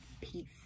Peace